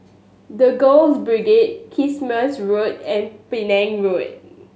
The Girls Brigade Kismis Road and Penang Road